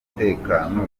umutekano